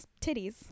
Titties